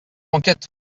enquête